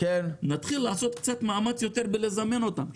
נתחיל לעשות קצת יותר מאמץ בלזמן אותם,